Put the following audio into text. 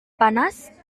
panas